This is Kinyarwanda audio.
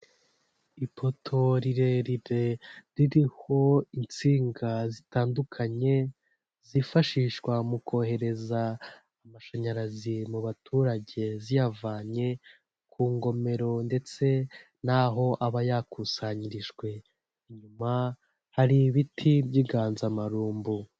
Ipoto rireririre ririho insinga zitandukanye zifashishwa mu kohereza amashanyarazi mu baturage ziyavanye ku ngomero ndetse nahoho aba yakusanyirijwe. Inyuma hari ibiti by'inganzamarumbu.